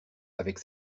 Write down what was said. avec